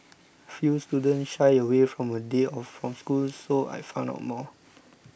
few students shy away from a day off from school so I found out more